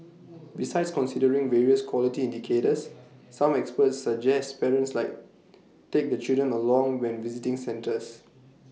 besides considering various quality indicators some experts suggest parents like take the children along when visiting centres